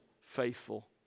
faithful